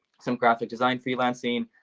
some graphic design freelancing.